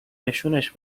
نشونش